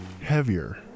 heavier